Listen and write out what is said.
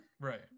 Right